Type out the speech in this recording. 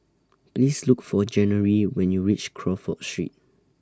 Please Look For January when YOU REACH Crawford Street